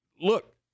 look